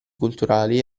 culturali